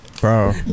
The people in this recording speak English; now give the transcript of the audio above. bro